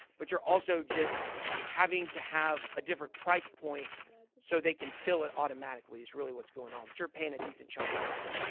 but you're also just having to have a different price point so they can fill it automatically. it's really what's going on, but you're paying a decent chunk on that.